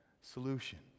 solution